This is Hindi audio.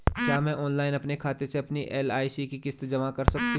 क्या मैं ऑनलाइन अपने खाते से अपनी एल.आई.सी की किश्त जमा कर सकती हूँ?